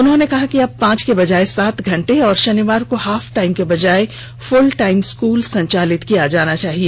उन्होंने कहा कि अब वे पांच के बजाय सात घंटे और शनिवार को हाफ टाइम के बजाय फूल टाईम स्कूल संचालित किया जाना चाहिए